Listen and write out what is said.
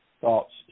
thoughts